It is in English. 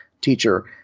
teacher